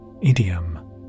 idiom